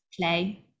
play